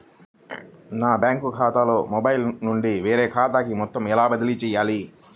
నా బ్యాంక్ ఖాతాలో మొబైల్ నుండి వేరే ఖాతాకి మొత్తం ఎలా బదిలీ చేయాలి?